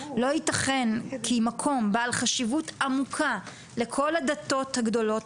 לא יתכן כי מקום בעל חשיבות עמוקה לכל הדתות הגדולות,